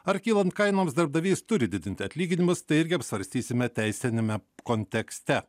ar kylant kainoms darbdavys turi didinti atlyginimus tai irgi apsvarstysime teisiniame kontekste